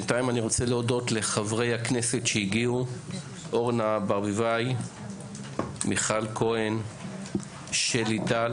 אני רוצה להודות לחברי הכנסת שהגיעו: אורנה ברביבאי; מירב כהן; שלי טל